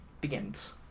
begins